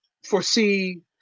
foresee